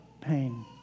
pain